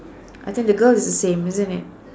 I think the girl is the same isn't it